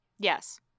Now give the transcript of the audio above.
Yes